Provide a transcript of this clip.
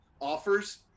Offers